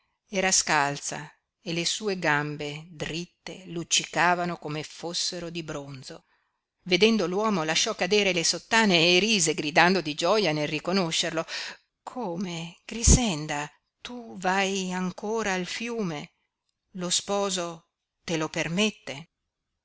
era scalza e le sue gambe dritte luccicavano come fossero di bronzo vedendo l'uomo lasciò cadere le sottane e rise gridando di gioia nel riconoscerlo come grixenda tu vai ancora al fiume lo sposo te lo permette